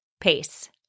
pace